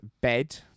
Bed